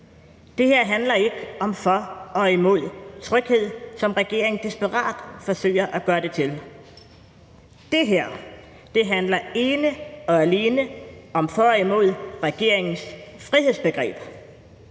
Det her handler ikke om for og imod tryghed, som regeringen desperat forsøger at gøre det til, men det her handler ene og alene om for og imod regeringens frihedsbegreber,